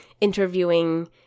interviewing